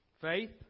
faith